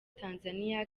tanzania